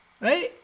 right